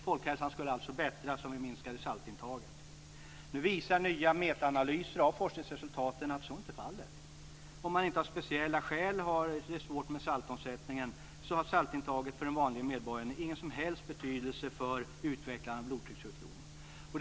Folkhälsan skulle alltså förbättras om vi minskade saltintaget. Nu visar nya metaanalyser av forskningsresultaten att så inte är fallet. Om man inte av speciella skäl har det svårt med saltomsättningen har saltintaget för den vanliga medborgaren ingen som helst betydelse för utvecklandet av blodtryckssjukdom.